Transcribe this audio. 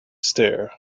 stair